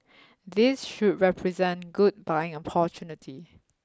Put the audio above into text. this should represent good buying opportunity